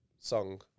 Song